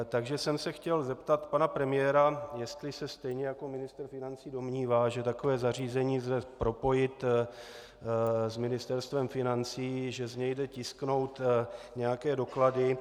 Takže jsem se chtěl zeptat pana premiéra, jestli se stejně jako ministr financí domnívá, že takové zařízení lze propojit s Ministerstvem financí, že z něj jde tisknout nějaké doklady.